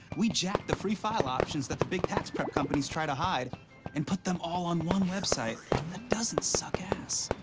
we jack the free file options that the big tax prep companies try to hide and put them all on one website that doesn't suck ass.